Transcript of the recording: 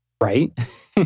Right